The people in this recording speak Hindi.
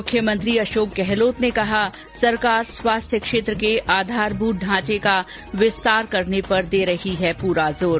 मुख्यमंत्री अशोक गहलोत ने कहा सरकार स्वास्थ्य क्षेत्र के आधारभूत ढांचे का विस्तार करने पर दे रही है पूरा जोर